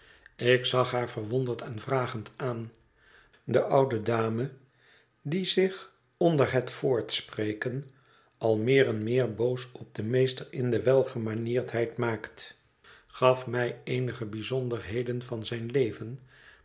ik zag haar verwonderd en vragend aan de oude dame die zich onder het voortspreken al meer en meer boos op den meester in de welgemanierdheid maakte gaf mij eenige bijzonderheden van zijn leven